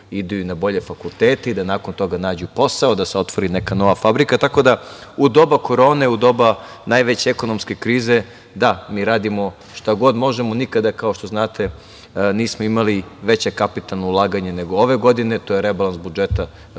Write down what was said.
da idu i na bolje fakultete i da nakon toga nađu posao, da se otvori neka nova fabrika. Tako da, u doba korone, u doba najveće ekonomske krize, da, mi radimo šta god možemo. Nikada, kao što znate, nismo imali veća kapitalna ulaganja nego ove godine. To je rebalans budžeta koji